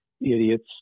idiots